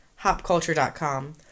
hopculture.com